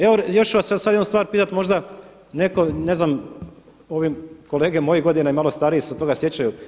Evo još ću vas sad jednu stvar pitati možda netko ne znam kolege mojih godina i malo stariji se toga sjećaju.